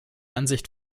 ansicht